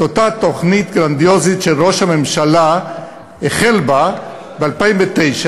את אותה תוכנית גרנדיוזית שראש הממשלה החל בה ב-2009,